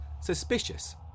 suspicious